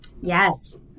Yes